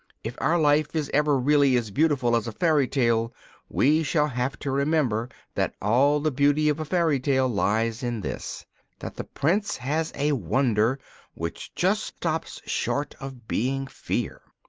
if our life is ever really as beautiful as a fairy-tale, we shall have to remember that all the beauty of a fairy-tale lies in this that the prince has a wonder which just stops short of being fear.